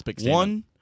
one